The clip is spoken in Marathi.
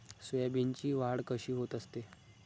सोयाबीनची वाढ कशी होत असते?